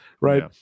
right